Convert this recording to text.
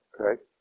Okay